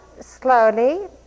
slowly